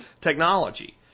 technology